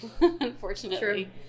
unfortunately